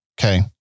Okay